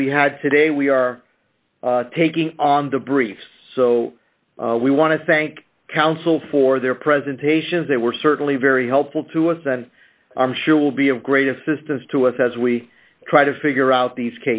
that we had today we are taking on the briefs so we want to thank counsel for their presentations they were certainly very helpful to us and i'm sure will be of great assistance to us as we try to figure out these